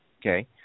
Okay